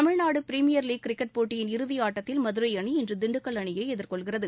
Tamil Nadu Premier League cricket போட்டியின் இறுதியாட்டத்தில் மதுரை அணி இன்று திண்டுக்கல் அணியை எதிர்கொள்கிறது